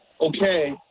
Okay